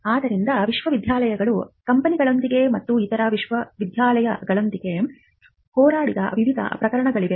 ಆದ್ದರಿಂದ ವಿಶ್ವವಿದ್ಯಾಲಯಗಳು ಕಂಪನಿಗಳೊಂದಿಗೆ ಮತ್ತು ಇತರ ವಿಶ್ವವಿದ್ಯಾಲಯಗಳೊಂದಿಗೆ ಹೋರಾಡಿದ ವಿವಿಧ ಪ್ರಕರಣಗಳಿವೆ